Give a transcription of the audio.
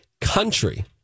Country